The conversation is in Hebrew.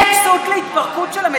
עבודת מטה היא כסות להתפרקות של המדינה.